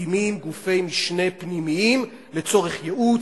מקימים גופי משנה פנימיים לצורך ייעוץ,